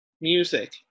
Music